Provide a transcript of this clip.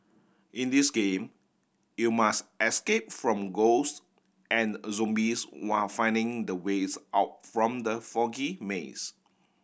in this game you must escape from ghost and zombies while finding the ways out from the foggy maze